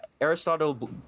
Aristotle